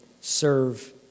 serve